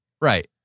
Right